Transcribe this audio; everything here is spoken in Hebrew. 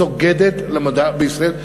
סוגדת למדע בישראל,